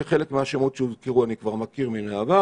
כי חלק מהשמות שהוזכרו אני כבר מכיר מן העבר.